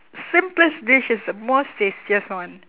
simplest dish is the most tastiest one